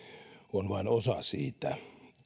on vain osa siitä